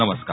नमस्कार